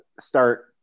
start